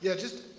yeah just